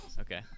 okay